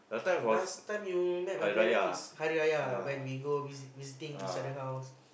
last time you met my parent is Hari Raya when we go visit visiting each other house